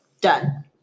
Done